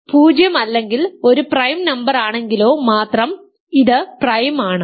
n 0 അല്ലെങ്കിൽ ഒരു prime നമ്പറാണെങ്കിലോ മാത്രം ഇത് പ്രൈം ആണ്